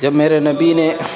جب میرے نبی نے